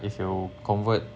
if you convert